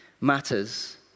matters